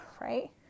right